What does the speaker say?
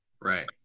Right